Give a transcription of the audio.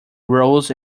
rose